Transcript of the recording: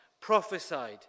prophesied